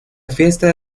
fiesta